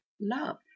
love